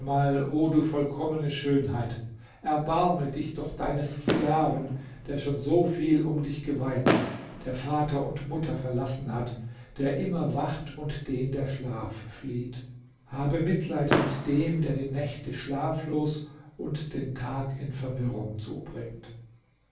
o du vollkommene schönheit erbarme dich doch deines sklaven der schon so viel um dich geweint der vater und mutter verlassen hat der immer wacht und den der schlaf flieht habe mitleid mit dem der die nächte schlaflos und den tag in verwirrung zubringt